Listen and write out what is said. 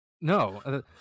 No